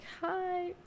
hi